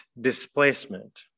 displacement